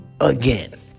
again